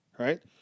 Right